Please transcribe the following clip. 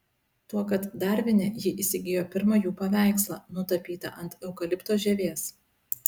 tuokart darvine ji įsigijo pirmą jų paveikslą nutapytą ant eukalipto žievės